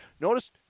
notice